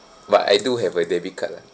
but I do have a debit card lah